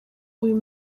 uyu